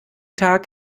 tag